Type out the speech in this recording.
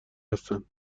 هستند